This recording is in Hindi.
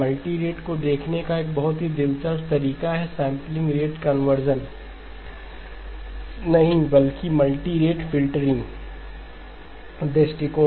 मल्टीरेट को देखने का एक बहुत ही दिलचस्प तरीका है सैंपलिंग रेट कन्वर्जन नहीं बल्कि मल्टीरेट फ़िल्टरिंग दृष्टिकोण